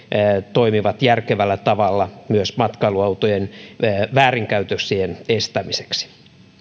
toimivat järkevällä tavalla myös matkailuautojen väärinkäytöksien estämiseksi